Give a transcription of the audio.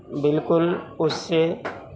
بالکل اس سے